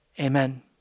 Amen